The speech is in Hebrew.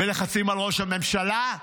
ולחצים על ראש הממשלה.